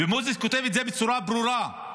ומודי'ס כותב את זה בצורה ברורה: